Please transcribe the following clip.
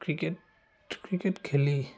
cricket cricket খেলি